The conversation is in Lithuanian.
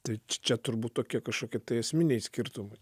tai čia turbūt tokie kažkokie esminiai skirtumai